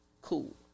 cool